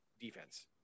defense